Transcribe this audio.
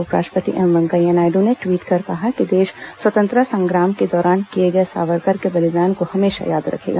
उपराष्ट्रपति एम वेंकैया नायड् ने ट्वीट कर कहा है कि देश स्वतंत्रता संग्राम के दौरान किये गये सावरकर के बलिदान को हमेशा याद रखेगा